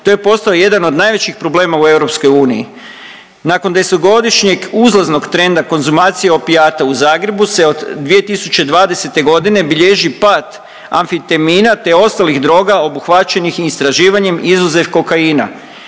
To je postao jedan od najvećih problema u EU. Nakon desetogodišnjeg uzlaznog trenda konzumacije opijata u Zagrebu se od 2020. godine bilježi pad amfitemina, te ostalih droga obuhvaćenih istraživanjem izuzev kokaina.